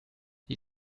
die